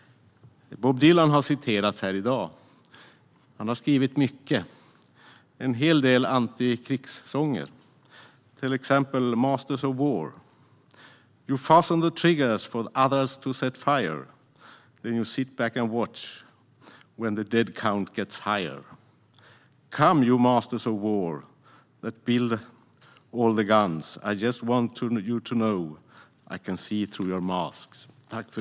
Bob Dylan har citerats här i dag. Han har skrivit mycket, en hel del antikrigssånger, till exempel Masters of War : You fasten all the triggersFor the others to fireThen you sit back and watchWhen the death count gets higherCome you masters of warI just want you to knowI can see through your masks.